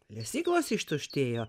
lesyklos ištuštėjo